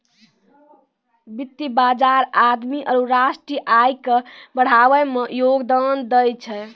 वित्त बजार आदमी आरु राष्ट्रीय आय के बढ़ाबै मे योगदान दै छै